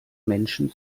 menschen